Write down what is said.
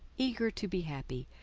eager to be happy,